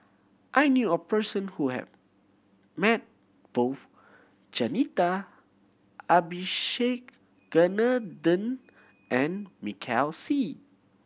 I knew a person who have met both Jacintha Abisheganaden and Michael Seet